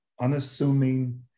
unassuming